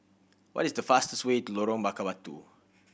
what is the fastest way to Lorong Bakar Batu